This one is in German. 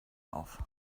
auf